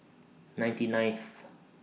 ninety ninth